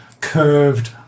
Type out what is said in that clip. curved